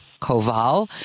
Koval